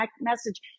message